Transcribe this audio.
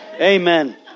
Amen